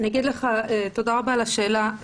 תודה רבה על השאלה.